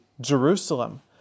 Jerusalem